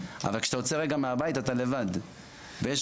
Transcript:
אבל כשאתה יוצא רגע מהבית אתה לבד,